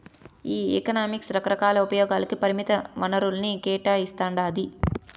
ఈ ఎకనామిక్స్ రకరకాల ఉపయోగాలకి పరిమిత వనరుల్ని కేటాయిస్తాండాది